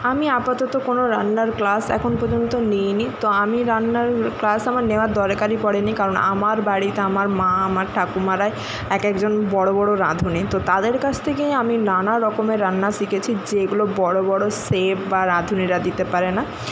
আমি আপাতত কোনো রান্নার ক্লাস এখন পর্যন্ত নিই নি তো আমি রান্নার ক্লাস আমার নেওয়ার দরকারই পড়ে নি কারণ আমার বাড়িতে আমার মা আমার ঠাকুমারাই এক একজন বড়ো বড়ো রাঁধুনি তো তাদের কাছ থেকেই আমি নানা রকমের রান্না শিখেছি যেগুলো বড়ো বড়ো শেফ বা রাঁধুনিরা দিতে পারে না